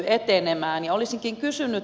olisinkin kysynyt